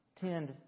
tend